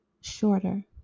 shorter